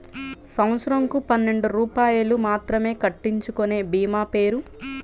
సంవత్సరంకు పన్నెండు రూపాయలు మాత్రమే కట్టించుకొనే భీమా పేరు?